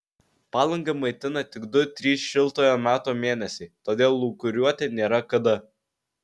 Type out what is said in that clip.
palangą maitina tik du trys šiltojo meto mėnesiai todėl lūkuriuoti nėra kada